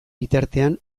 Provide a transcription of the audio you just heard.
bitartean